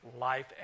life